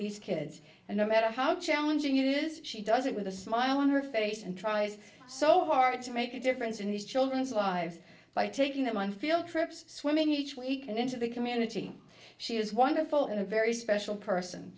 these kids and no matter how challenging it is she does it with a smile on her face and tries so hard to make a difference in these children's lives by taking them on field trips swimming each week and into the community she was wonderful in a very special person